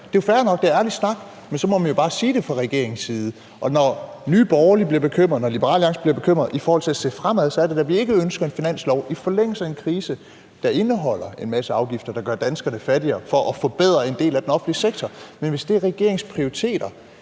side. Og når Nye Borgerlige bliver bekymret, når Liberal Alliance bliver bekymret i forhold til at se fremad, så er det, fordi vi ikke ønsker en finanslov i forlængelse af en krise, der indeholder en masse afgifter, der gør danskerne fattigere, for at forbedre en del af den offentlige sektor. Men hvis det er regeringens prioritet,